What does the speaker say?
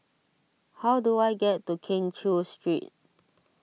how do I get to Keng Cheow Street